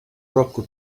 roku